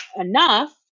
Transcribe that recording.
enough